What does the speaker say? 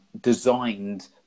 designed